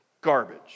Garbage